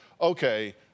okay